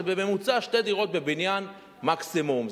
זה בממוצע שתי דירות בבניין מקסימום.